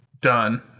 done